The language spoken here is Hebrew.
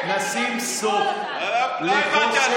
בכך נשים סוף לחוסר הוודאות,